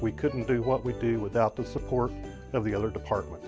we couldn't do what we do without the support of the other departments